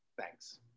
thanks